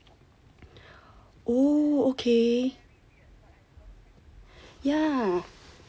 oh okay yeah